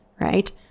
right